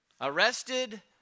Arrested